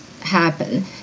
happen